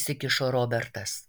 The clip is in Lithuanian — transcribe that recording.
įsikišo robertas